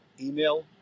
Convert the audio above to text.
email